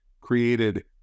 created